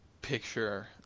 picture